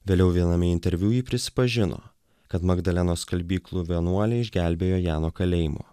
vėliau viename interviu ji prisipažino kad magdalenos skalbyklų vienuoliai išgelbėjo ją nuo kalėjimo